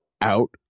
out